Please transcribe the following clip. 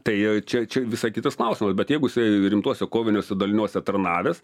tai čia čia visai kitas klausimas bet jeigu jisai rimtuose koviniuose daliniuose tarnavęs